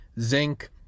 zinc